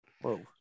Whoa